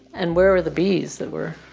and where are the bees that were.